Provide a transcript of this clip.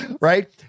right